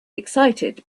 excited